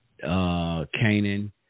Canaan